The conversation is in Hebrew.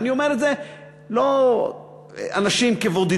ואני אומר את זה לא על אנשים כבודדים,